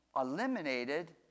eliminated